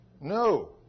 No